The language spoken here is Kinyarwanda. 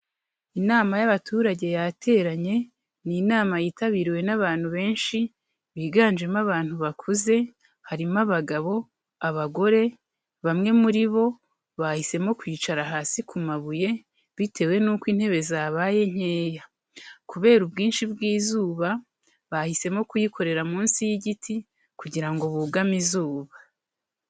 Inama y'abaturage yateranye, ni inama yitabiriwe n'abantu benshi biganjemo abantu bakuze. Harimo abagabo, abagore. Bamwe muri bo bahisemo kwicara hasi ku mabuye, bitewe n'uko intebe zabaye nkeya. Kubera ubwinshi bw'izuba, bahisemo kuyikorera munsi y'igiti kugira bugame izuba.